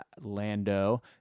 Lando